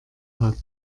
hat